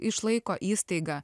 išlaiko įstaigą